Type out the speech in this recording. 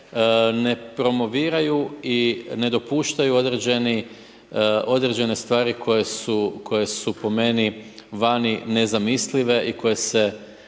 ne promoviraju i ne dopuštaju određene stvari koje su po meni vani nezamislive i koje se